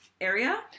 area